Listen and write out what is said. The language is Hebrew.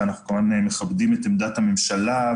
ואנחנו כמובן מכבדים את עמדת הממשלה,